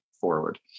forward